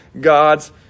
God's